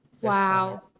Wow